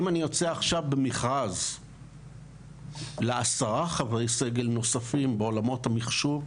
אם אני יוצא עכשיו למכרז לעשרה חברי סגל נוספים בעולמות המחשוב,